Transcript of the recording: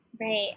right